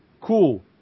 cool